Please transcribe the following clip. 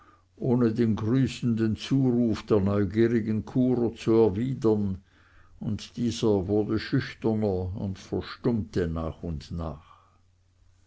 ohne den grüßenden zuruf der neugierigen churer zu erwidern und dieser wurde schüchterner und verstummte nach und nach